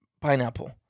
pineapple